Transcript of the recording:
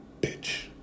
bitch